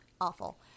awful